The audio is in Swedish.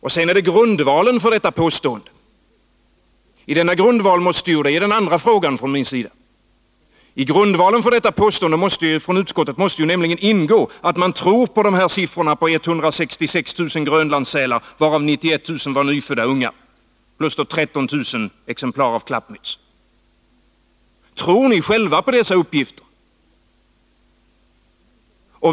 För det andra gäller det grundvalen för detta påstående. I grundvalen för detta påstående måste ju nämligen ingå att man tror på de här siffrorna, 166 000 grönlandssälar, varav 91000 var nyfödda ungar, plus 13000 exemplar klappmyts. Tror ni själva på dessa uppgifter?